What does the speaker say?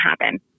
happen